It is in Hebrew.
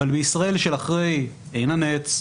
אבל בישראל של אחרי עין הנץ,